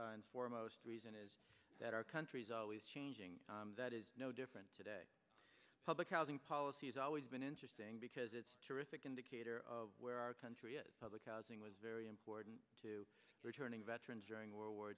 and foremost reason is that our country is always changing that is no different today public housing policy is always been interesting because it's terrific indicator of where our country is public housing was very important to returning veterans during world war